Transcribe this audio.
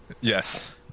Yes